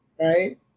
Right